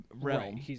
realm